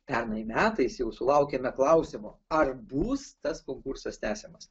pernai metais jau sulaukėme klausimo ar bus tas konkursas tęsiamas